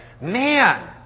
man